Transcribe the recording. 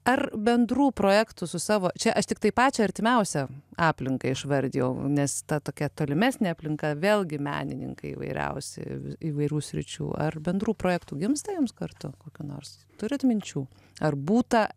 ar bendrų projektų su savo čia aš tiktai pačią artimiausią aplinką išvardijau nes ta tokia tolimesnė aplinka vėlgi menininkai įvairiausi įvairių sričių ar bendrų projektų gimsta jums kartu kokių nors turit minčių ar būta